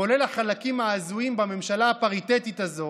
כולל החלקים ההזויים בממשלה הפריטטית הזאת,